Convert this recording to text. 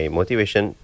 motivation